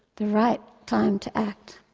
the right time to act.